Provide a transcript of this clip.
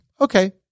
Okay